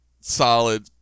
solid –